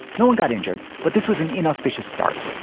no one got injured, but this was an inauspicious start.